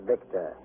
Victor